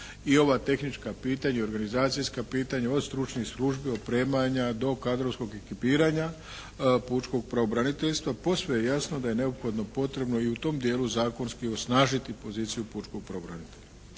"i ova tehnička pitanja i organizacijska pitanja od stručnih službi, opremanja do kadrovskog ekipiranja pučkog pravobraniteljstva." Posve je jasno da je neophodno potrebno i u tom dijelu zakonski osnažiti poziciju pučkog pravobranitelja.